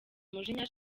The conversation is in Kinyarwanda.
umujinya